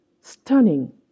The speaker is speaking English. stunning